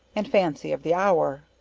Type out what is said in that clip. and fancy of the hour.